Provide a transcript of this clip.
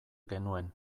genuen